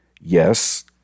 Yes